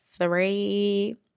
three